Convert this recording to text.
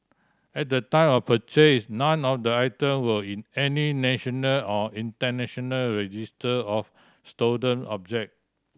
at the time of purchase none of the item were in any national or international register of stolen object